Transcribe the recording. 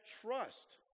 trust